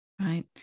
right